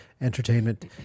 Entertainment